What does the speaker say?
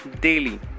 daily